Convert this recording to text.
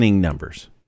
numbers